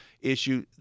issue